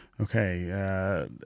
Okay